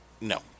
no